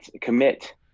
commit